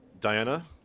Diana